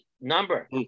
number